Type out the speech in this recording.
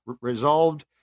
resolved